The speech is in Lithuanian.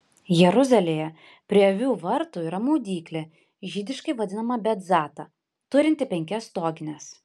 jeruzalėje prie avių vartų yra maudyklė žydiškai vadinama betzata turinti penkias stogines